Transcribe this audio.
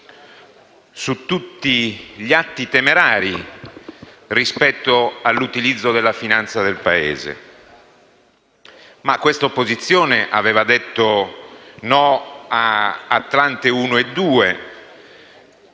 su tutti gli atti temerari rispetto all'utilizzo della finanza del Paese, ma questa opposizione aveva detto no alle